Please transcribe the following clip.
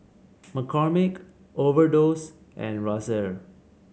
McCormick Overdose and Razer